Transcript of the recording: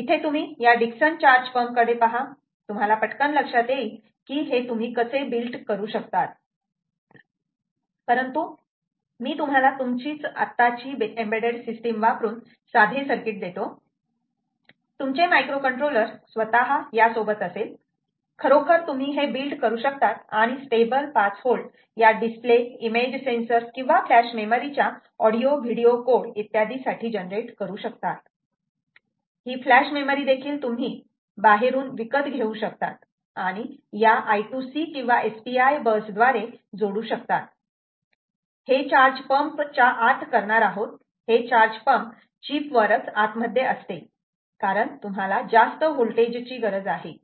इथे तुम्ही या दिक्सन चार्ज पंप कडे पहा तुम्हाला पटकन लक्षात येईल की हे तुम्ही कसे बिल्ट करू शकतात परंतु मी तुम्हाला तुमचीच आत्ताची एम्बेडेड सिस्टीम वापरून साधे सर्किट देतो तुमचे मायक्रो कंट्रोलर स्वतः या सोबत असेल खरोखर तुम्ही हे बिल्ड करू शकतात आणि स्टेबल 5 V या डिस्प्ले इमेज सेन्सर किंवा फ्लॅश मेमरी च्या ऑडिओ व्हिडिओ कोड इत्यादीसाठी साठी जनरेट करू शकतात ही फ्लॅश मेमरी देखील तुम्ही बाहेरून विकत घेऊ शकतात आणि या I2C किंवा SPI बस द्वारे जोडू शकतात हे चार्ज पंप च्या आत करणार आहोत हे चार्ज पंप चीप वरच आत मध्ये असते कारण तुम्हाला जास्त होल्टेजची गरज आहे